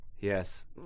Yes